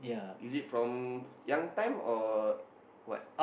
is it from young time or what